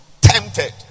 tempted